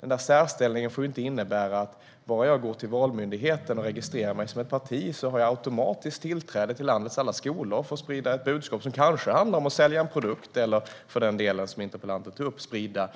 Denna särställning får ju inte innebära att man bara för att man registrerar sig som ett parti hos Valmyndigheten automatiskt har tillträde till landets alla skolor för att sprida ett budskap som kanske handlar om att sälja en produkt eller - som interpellanten tog upp - sprida